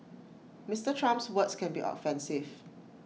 Mister Trump's words can be offensive